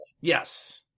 Yes